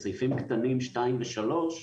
בסעיפים קטנים שתיים ושלוש,